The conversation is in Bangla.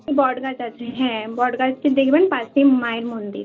বট গাছ আছে হ্যাঁ বট গাছটার দেখবেন পাশেই মায়ের মন্দির